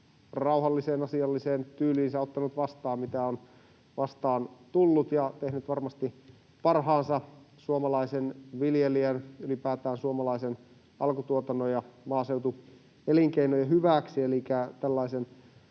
rauhalliseen, asialliseen tyyliinsä ottanut vastaan, mitä on vastaan tullut, ja tehnyt varmasti parhaansa suomalaisen viljelijän, ylipäätään suomalaisen alkutuotannon ja maaseutuelinkeinojen hyväksi.